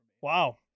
Wow